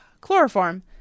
chloroform